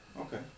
Okay